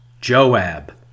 Joab